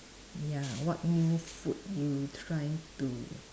ya what new food you try to